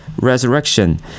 resurrection